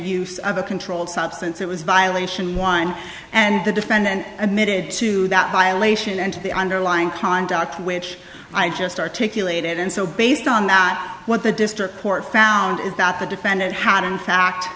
use of a controlled substance it was violation one and the defendant admitted to that violation and the underlying conduct which i just articulated and so based on that what the district court found is that the defendant had in fact